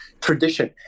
tradition